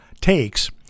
takes